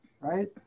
right